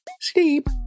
sleep